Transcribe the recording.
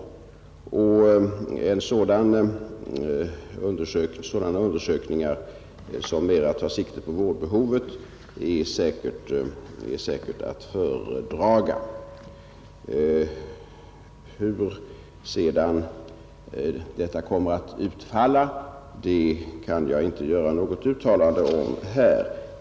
Sådana undersökningar som mera tar sikte på vårdbehovet är säkert att föredraga. Hur sedan detta kommer att utfalla kan jag inte göra något uttalande om här.